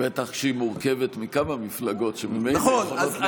בטח כשהיא מורכבת מכמה מפלגות שממילא יכולות להתפצל בלי חוק.